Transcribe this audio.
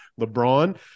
LeBron